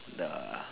the